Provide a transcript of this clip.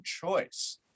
choice